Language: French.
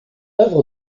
œuvres